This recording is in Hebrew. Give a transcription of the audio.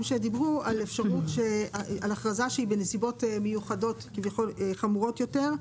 שדיברו על הכרזה בנסיבות חמורות יותר,